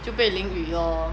就被淋雨 lor